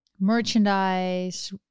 merchandise